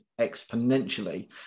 exponentially